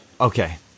Okay